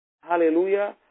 Hallelujah